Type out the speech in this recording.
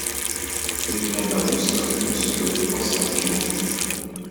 ir nebebus tarp mūsų jokių paslapčių